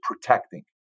protecting